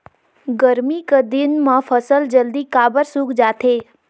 गरमी कर दिन म फसल जल्दी काबर सूख जाथे?